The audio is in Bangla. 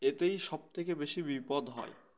এতেই সব থেকে বেশি বিপদ হয়